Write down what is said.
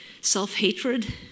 self-hatred